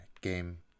game